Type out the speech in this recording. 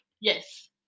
Yes